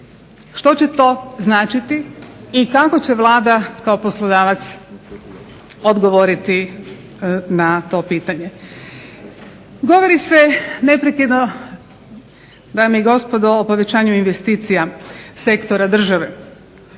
što će to značiti i kako će Vlada kao poslodavac odgovoriti na to pitanje. Govori se neprekidno dame i gospodo o povećanju investicija sektora države